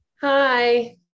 Hi